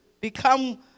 become